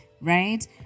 right